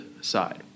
side